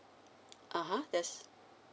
ah ha yes